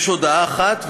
יש הודעה אחת,